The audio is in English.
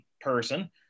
person